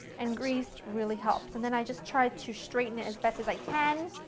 and greased, really helps, and then i just try to straighten it as best as i can.